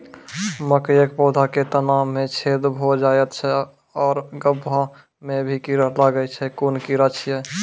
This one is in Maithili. मकयक पौधा के तना मे छेद भो जायत छै आर गभ्भा मे भी कीड़ा लागतै छै कून कीड़ा छियै?